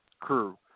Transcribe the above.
crew